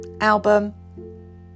album